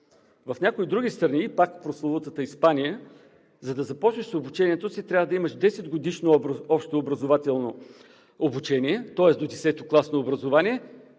В някои други страни – пак в прословутата Испания, за да започнеш обучението си, трябва да имаш десетгодишно общообразователно обучение, тоест до 10-класно образование